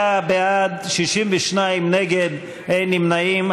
49 בעד, 62 נגד, אין נמנעים.